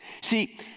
See